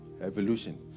Evolution